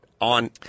on